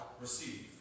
receive